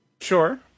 Sure